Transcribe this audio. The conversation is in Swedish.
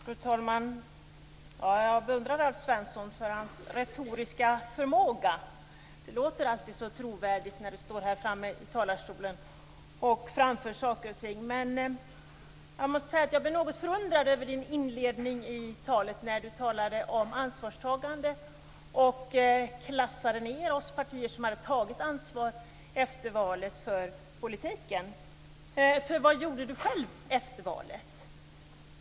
Fru talman! Jag beundrar Alf Svensson för hans retoriska förmåga. Det låter alltid så trovärdigt när han står i talarstolen och framför saker och ting, men jag måste säga att jag blev något förundrad över hans inledning av talet. Han talade om ansvarstagande och klassade ned de partier som har tagit ansvar för politiken efter valet. Vad gjorde han själv efter valet?